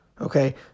okay